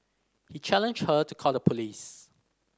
he challenged her to call the police